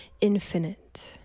infinite